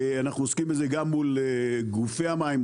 אנחנו עוסקים בזה גם מול גופי המים,